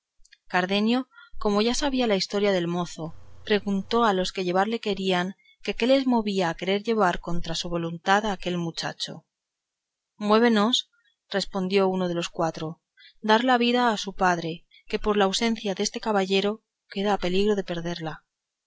cardenio como ya sabía la historia del mozo preguntó a los que llevarle querían que qué les movía a querer llevar contra su voluntad aquel muchacho muévenos respondió uno de los cuatro dar la vida a su padre que por la ausencia deste caballero queda a peligro de perderla